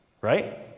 right